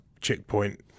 checkpoint